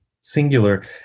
singular